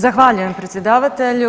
Zahvaljujem predsjedavatelju.